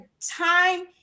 time